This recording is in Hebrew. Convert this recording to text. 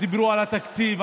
שדיברו על התקציב.